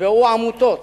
שיקבעו עמותות